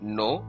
no